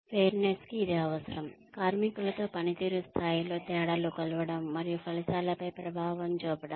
fairness కి ఇది అవసరం కార్మికులలో పనితీరు స్థాయిలలో తేడాలు కొలవడం మరియు ఫలితాలపై ప్రభావం చూపడం